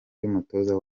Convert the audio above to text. y’umutoza